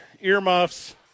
earmuffs